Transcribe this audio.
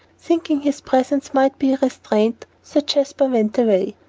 thinking his presence might be a restraint, sir jasper went away.